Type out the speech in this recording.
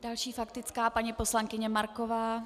Další faktická paní poslankyně Marková.